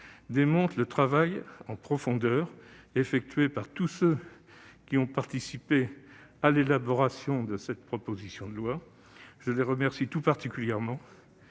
montre le travail en profondeur effectué par tous ceux qui ont participé à l'élaboration de cette proposition de loi. Je remercie tout particulièrement